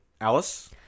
Alice